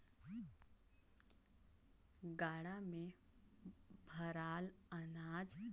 गाड़ा मे भराल अनाज कर बीड़ा हर सुग्घर ले कोठार कर जात ले सुघर बंधाले रहें तेकर बर डोरा मे बाधल जाथे